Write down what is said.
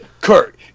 Kurt